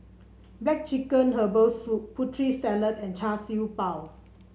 black chicken Herbal Soup Putri Salad and Char Siew Bao